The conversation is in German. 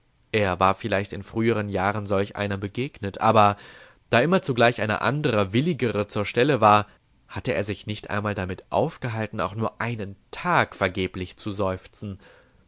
er war vielleicht in früheren jahren solch einer begegnet aber da immer zugleich eine andere willigere zur stelle war hatte er sich nicht damit aufgehalten auch nur einen tag vergeblich zu seufzen